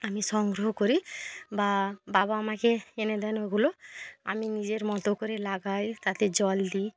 আমি সংগ্রহ করি বা বাবা আমাকে এনে দেন ওগুলো আমি নিজের মতো করে লাগাই তাতে জল দিই